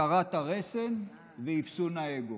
התרת הרסן ואפסון האגו.